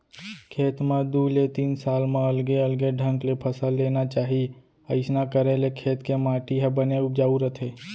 खेत म दू ले तीन साल म अलगे अलगे ढंग ले फसल लेना चाही अइसना करे ले खेत के माटी ह बने उपजाउ रथे